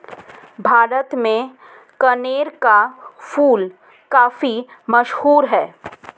भारत में कनेर का फूल काफी मशहूर है